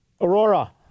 Aurora